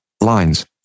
Lines